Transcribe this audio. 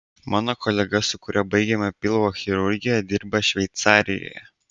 mano kolega su kuriuo baigėme pilvo chirurgiją dirba šveicarijoje